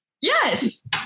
Yes